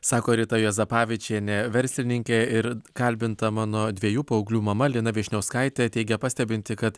sako rita juozapavičienė verslininkė ir kalbinta mano dviejų paauglių mama lina vyšniauskaitė teigia pastebinti kad